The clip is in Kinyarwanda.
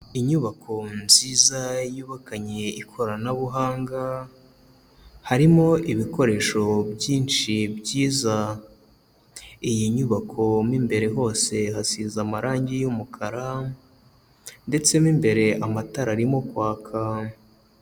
Inyubako nziza yubakanye ikoranabuhanga harimo ibikoresho byinshi byiza. Iyi nyubako imbere hose hasize amarangi y'umukara ndetse n'imbere amatara arimo kwaka.